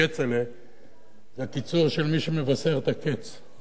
כצל'ה זה הקיצור של מי שמבשר את הקץ.